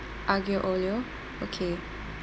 aglio olio okay